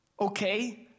okay